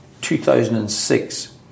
2006